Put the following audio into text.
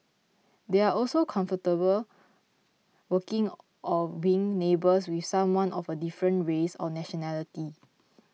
they are also comfortable working or being neighbours with someone of a different race or nationality